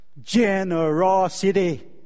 Generosity